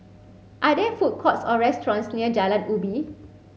are there food courts or restaurants near Jalan Ubi